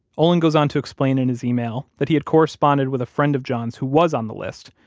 olin goes on to explain in his email that he had corresponded with a friend of john's who was on the list,